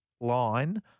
line